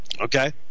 Okay